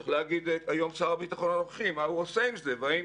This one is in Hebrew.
צריך להגיד היום שר הביטחון הנוכחי מה הוא עושה עם זה והאם